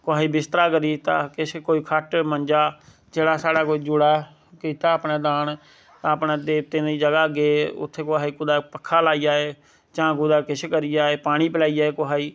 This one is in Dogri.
कोहा गी बिस्तरा करी दित्ता किश कोई खट्ट मंजा जेह्ड़ा स्हाड़ै कोई जुड़ै कीता अपने कोई दान अपने देवतें दी जगह गे उत्थे कुते कोहा गी पक्खा लाई आए चां कुतै किश करी आए पानी पलाई आए